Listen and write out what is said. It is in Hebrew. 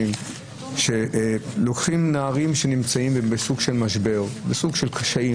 שלוקחים נערים בסוג של משבר וקושי,